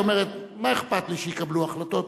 היא אומרת: מה אכפת לי שיקבלו החלטות?